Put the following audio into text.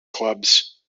clubs